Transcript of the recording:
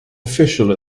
official